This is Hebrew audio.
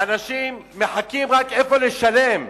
אנשים רק מחכים איפה לשלם.